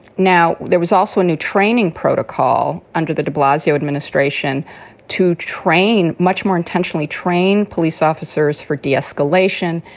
now, there was also a new training protocol under the de blasio administration to train much more intentionally train police officers for de-escalation.